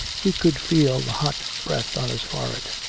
he could feel the hot breath on his forehead.